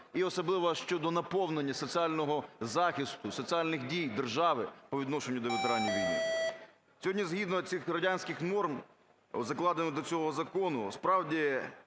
і особливо щодо наповнення соціального захисту, соціальних дій держави по відношенню до ветеранів війни. Сьогодні згідно цих радянських норм, закладених до цього закону, справді,